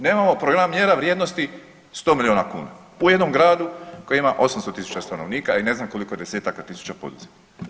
Nemamo programa mjera vrijednosti 100 miliona kuna u jednom gradu koji ima 800.000 stanovnika, a i ne znam koliko desetaka tisuća poduzetnika.